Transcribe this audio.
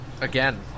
Again